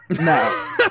No